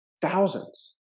Thousands